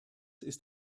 ist